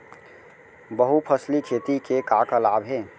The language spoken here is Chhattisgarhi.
बहुफसली खेती के का का लाभ हे?